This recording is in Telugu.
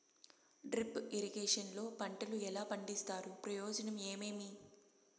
డ్రిప్ ఇరిగేషన్ లో పంటలు ఎలా పండిస్తారు ప్రయోజనం ఏమేమి?